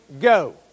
go